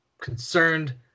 concerned